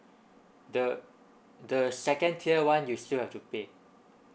the the second tier one you still have to pay